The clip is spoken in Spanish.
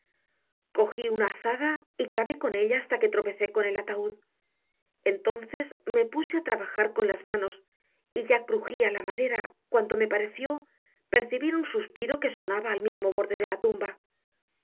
cogí una azada y cavé con ella hasta que tropecé con el ataúd entonces me puse a trabajar con las manos y ya crujía la madera cuando me pareció percibir un suspiro que sonaba al mismo borde de la tumba